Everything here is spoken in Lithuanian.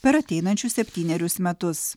per ateinančius septynerius metus